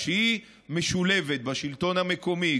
כשהיא משולבת בשלטון המקומי,